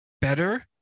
better